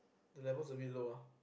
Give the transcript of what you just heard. the levels a bit low ah